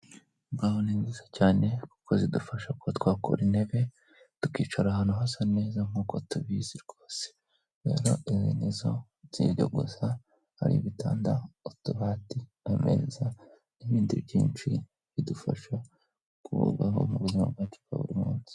Imbaho ni nziza cyane kuko zidufasha kuba twakora intebe tukicara ahantu hasa neza nkuko tubizi rwose. Rero izi nizo, sibyo gusa hari ibitanda, utubati, ameza n'ibindi byinshi bidufasha kubaho mu buzima mu buzima bwacu bwa buri munsi.